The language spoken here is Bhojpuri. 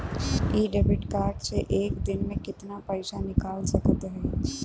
इ डेबिट कार्ड से एक दिन मे कितना पैसा निकाल सकत हई?